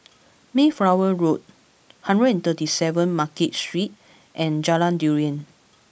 Mayflower Road hundred and thirty seven Market Street and Jalan Durian